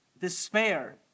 Despair